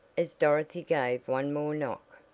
as dorothy gave one more knock.